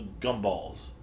gumballs